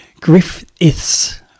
Griffiths